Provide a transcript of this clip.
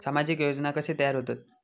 सामाजिक योजना कसे तयार होतत?